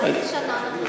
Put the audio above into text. על איזו שנה אנחנו מדברים?